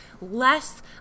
Less